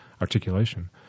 articulation